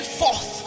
forth